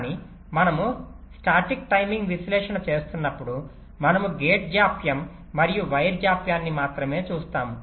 కాని మనము static timing విశ్లేషణ చేస్తున్నప్పుడు మనము గేట్ జాప్యం మరియు వైర్ జాప్యాన్ని మాత్రమే చూస్తాము